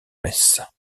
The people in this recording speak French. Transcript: messe